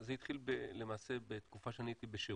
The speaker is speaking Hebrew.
זה התחיל למעשה בתקופה שאני הייתי בשירות,